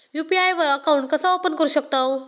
UPI वर account कसा open करू शकतव?